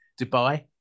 Dubai